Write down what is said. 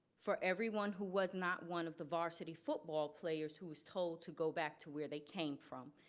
for everyone who was not one of the varsity football players who was told to go back to where they came from,